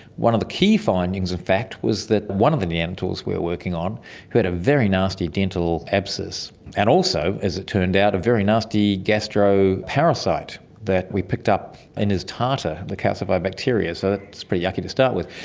one of the key findings in fact was that one of the neanderthals we are working on who had a very nasty dental abscess and also, as it turned out, a very nasty gastro parasite that we picked up in his tartar, the calcified bacteria, so that's pretty yucky to start with.